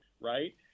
right